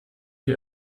die